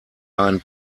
einen